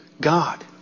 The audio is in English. God